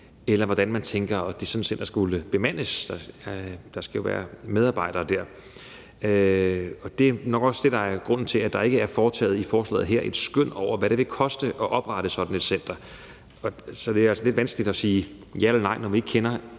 eller hvordan man tænker at sådan et center skulle bemandes. Der skal jo være medarbejdere der. Og det er nok også det, der er grunden til, at der i forslaget her ikke er foretaget et skøn over, hvad det vil koste at oprette sådan et center. Så det er altså lidt vanskeligt at sige ja eller nej, når vi ikke kender